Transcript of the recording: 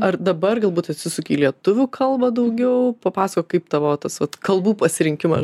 ar dabar galbūt atsisuki į lietuvių kalbą daugiau papasakok kaip tavo tas vat kalbų pasirinkimas